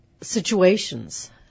situations